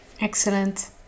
Excellent